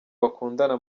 bakundana